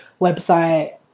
website